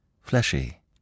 fleshy